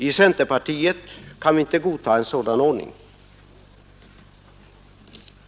I centerpartiet kan vi inte godta en sådan ordning.